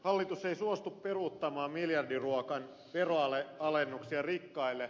hallitus ei suostu peruuttamaan miljardiluokan veronalennuksia rikkaille